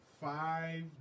five